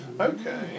Okay